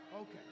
Okay